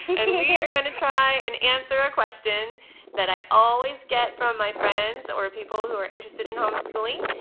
and we're gonna try and answer a question that i always get from my friends or people who are interested in homeschooling,